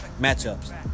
matchups